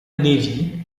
navy